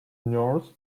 nurse